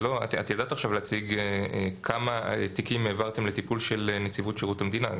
את ידעת עכשיו להציג כמה תיקים העברתם לטיפול של נציבות שירות המדינה.